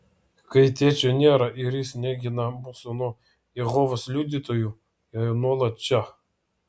kai tėčio nėra ir jis negina mūsų nuo jehovos liudytojų jie nuolat čia